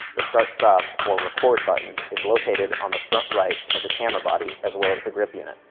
the start stop, or record button, is located on the front-right of the camera body, as well as the grip unit.